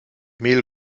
mehl